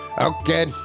Okay